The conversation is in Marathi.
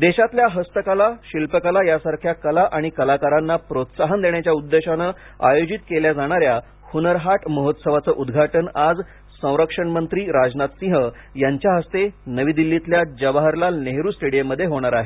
देशातल्या हस्तकला शिल्पकला यासारख्या कला आणि कलाकारांना प्रोत्साहन देण्याच्या उद्देशानं आयोजित केल्या जाणाऱ्या हुनर हाट महोत्सवाचं उद्घाटन आज संरक्षण मंत्री राजनाथ सिंह यांच्या हस्ते नवी दिल्लीतल्या जवाहरलाल नेहरू स्टेडीयममध्ये होणार आहे